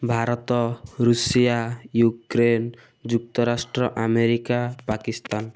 Bharat Russia Ukraine ଯୁକ୍ତରାଷ୍ଟ୍ର America Pakistan